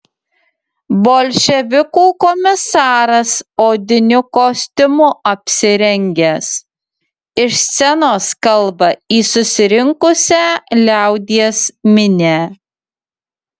bolševikų komisaras odiniu kostiumu apsirengęs iš scenos kalba į susirinkusią liaudies minią